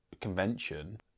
convention